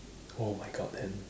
oh my god then